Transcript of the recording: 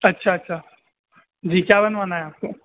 اچھا اچھا جی کیا بنوانا ہے آپ کو